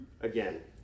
again